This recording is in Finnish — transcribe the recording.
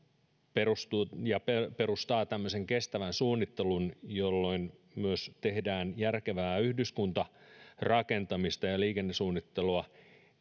perustaa tämmöisen kestävän suunnittelun jolloin myös tehdään järkevää yhdyskuntarakentamista ja liikennesuunnittelua